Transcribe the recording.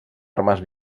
armes